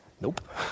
Nope